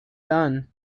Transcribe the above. done